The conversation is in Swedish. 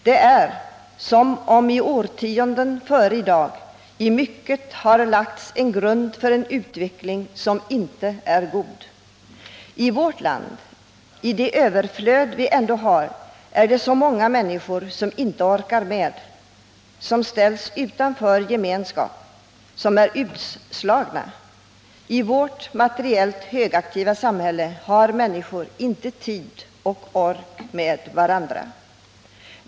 Det är som om det i årtionden i mycket har lagts en grund för en utveckling som inte är god. I vårt land, i det överflöd vi ändå har, är det många människor som inte orkar med, som ställs utanför gemenskap, som är utslagna. I vårt materiellt högaktiva samhälle har människor inte tid och ork för varandra.